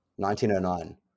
1909